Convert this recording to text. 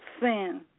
sin